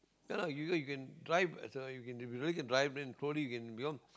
no no you can drive as a you can really uh drive then slowly you can become